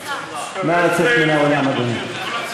נא לצאת מן האולם, אדוני.